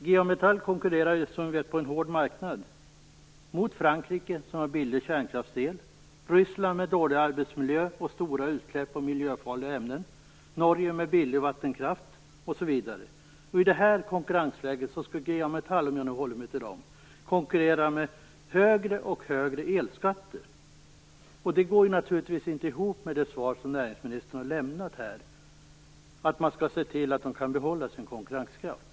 G A Metall konkurrerar som vi vet på en hård marknad - mot Frankrike, som har billig kärnkraftsel, mot Ryssland med dålig arbetsmiljö och stora utsläpp av miljöfarliga ämnen, mot Norge med billig vattenkraft, osv. I det här konkurrensläget får G A Metall - om jag nu håller mig till det företaget - högre och högre elskatter. Detta går naturligtvis inte ihop med det som näringsministern säger i sitt svar, nämligen att man skall se till att dessa företag behåller sin konkurrenskraft.